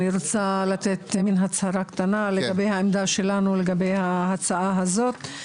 אני רוצה לתת מן הצהרה קטנה לגבי העמדה שלנו לגבי ההצעה הזאת.